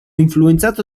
influenzato